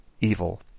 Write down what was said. evil